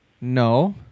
No